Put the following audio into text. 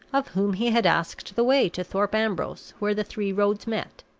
of whom he had asked the way to thorpe ambrose where the three roads met.